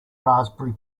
raspberry